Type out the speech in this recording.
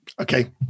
Okay